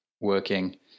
working